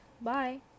Bye